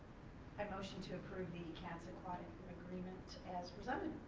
i motion to approve the cats aquatic agreement as presented.